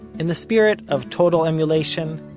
in the spirit of total emulation,